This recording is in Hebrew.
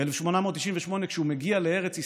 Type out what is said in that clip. ב-1898 מגיע לארץ ישראל,